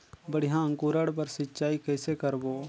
बढ़िया अंकुरण बर सिंचाई कइसे करबो?